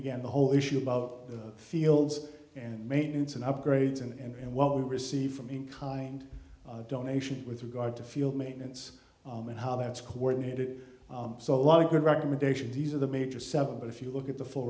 again the whole issue about the fields and maintenance and upgrades and what we receive from in kind donation with regard to field maintenance and how it's coordinated so a lot of good recommendations these are the major seven but if you look at the full